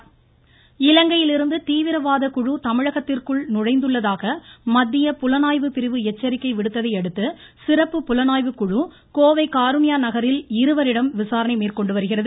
புலனாய்வு இலங்கையிலிருந்து தீவிரவாத குழு தமிழகத்திற்குள் நுழைந்துள்ளதாக மத்திய புலனாய்வுப்பிரிவு எச்சரிக்கை விடுத்ததையடுத்து சிறப்பு புலனாய்வுக்குழு கோவை காருண்யா நகரில் இருவரிடம் விசாரணை மேற்கொண்டு வருகிறது